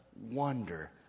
wonder